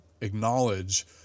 acknowledge